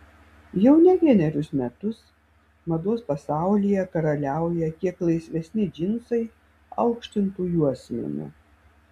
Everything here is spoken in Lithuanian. jau ne vienerius metus mados pasaulyje karaliauja kiek laisvesni džinsai aukštintu juosmeniu